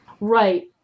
Right